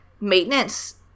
maintenance